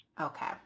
okay